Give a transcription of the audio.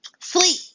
Sleep